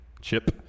Chip